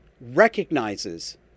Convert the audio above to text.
recognizes